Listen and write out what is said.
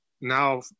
now